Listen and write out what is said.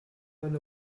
eine